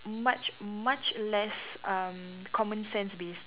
much much less um common sense based